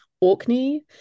Orkney